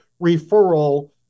referral